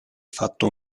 fatto